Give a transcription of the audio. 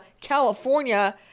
California